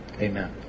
amen